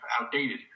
outdated